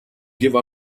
give